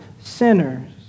sinners